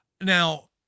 Now